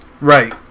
Right